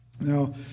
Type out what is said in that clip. Now